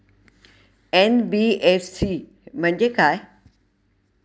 NBFC म्हणजे काय?